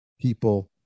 people